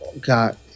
got